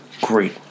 great